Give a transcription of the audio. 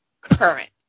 current